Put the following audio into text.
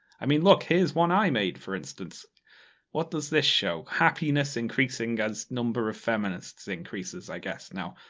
i mean, look, here's one i made for instance what does this show? happiness increasing, as number of feminists increases, i guess. now,